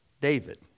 David